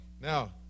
now